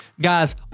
guys